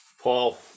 Paul